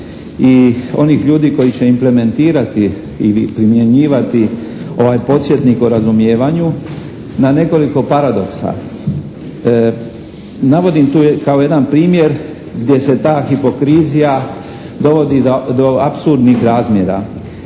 i onih ljudi koji će implementirati ili primjenjivati ovaj podsjetnik o razumijevanju na nekoliko paradoksa. Navodim tu kao jedan primjer gdje se ta hipokrizija dovodi do apsurdnih razmjera.